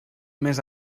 més